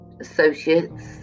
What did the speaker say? associates